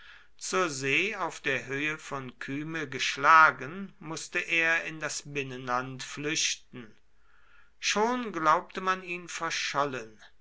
zur see auf der höhe von kyme geschlagen mußte er in das binnenland flüchten schon glaubte man ihn verschollen